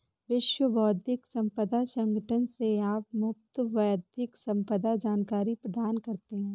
विश्व बौद्धिक संपदा संगठन से आप मुफ्त बौद्धिक संपदा जानकारी प्राप्त करते हैं